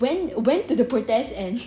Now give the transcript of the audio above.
went went to the protest and